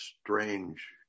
strange